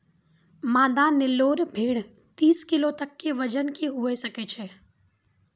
मादा नेल्लोरे भेड़ तीस किलो तक के वजनो के हुए सकै छै